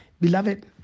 Beloved